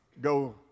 go